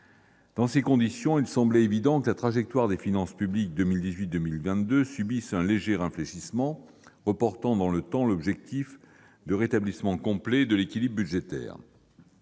Dans ces conditions, il semblait évident que la trajectoire des finances publiques pour 2018-2022 subirait un léger infléchissement, reportant dans le temps le rétablissement complet de l'équilibre budgétaire.